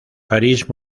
paris